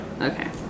Okay